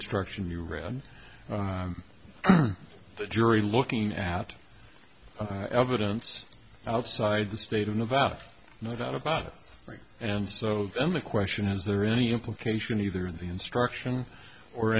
instruction you read on the jury looking at evidence outside the state of nevada no doubt about it and so the only question is there any implication either the instruction or